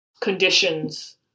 conditions